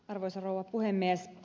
arvoisa rouva puhemies